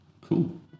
Cool